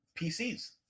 PCs